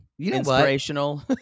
inspirational